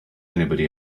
anybody